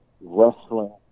wrestling